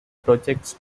projects